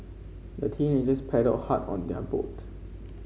the teenagers paddled hard on their boat